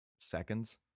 Seconds